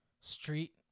street